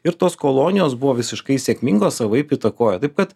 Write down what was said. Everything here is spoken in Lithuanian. ir tos kolonijos buvo visiškai sėkmingos savaip įtakojo taip kad